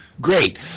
Great